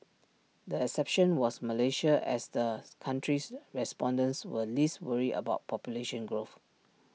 the exception was Malaysia as the country's respondents were least worried about population growth